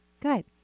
Good